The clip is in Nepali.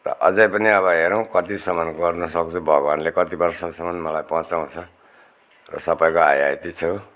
र अझै पनि अब हेरौँ कतिसम्म गर्नुसक्छु भगवान्ले कति वर्षसम्म मलाई बचाउँछ सबैको हाई हाइती छु